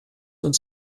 uns